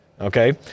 Okay